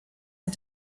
had